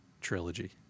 trilogy